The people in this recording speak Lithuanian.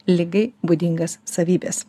ligai būdingas savybes